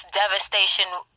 devastation